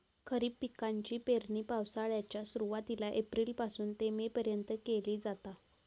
खरीप पिकाची पेरणी पावसाळ्याच्या सुरुवातीला एप्रिल पासून ते मे पर्यंत केली जाता